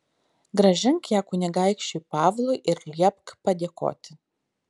grąžink ją kunigaikščiui pavlui ir liepk padėkoti